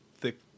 thick